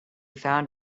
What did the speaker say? found